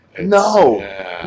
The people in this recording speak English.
No